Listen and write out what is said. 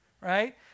Right